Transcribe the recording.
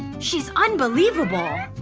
she's unbelievable.